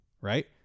right